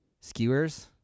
Skewers